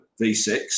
v6